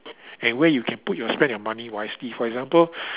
and where you can put your spend your money wisely for example